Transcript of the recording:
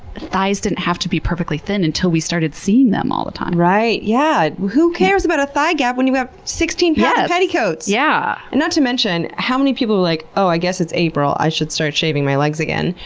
thighs didn't have to be perfectly thin until we started seeing them all the time. right. yeah! who cares about a thigh gap when you have sixteen pounds of petticoats! yeah and not to mention, how many people were like, oh, i guess it's april, i should start shaving my legs again.